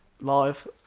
Live